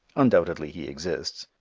undoubtedly he exists.